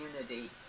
community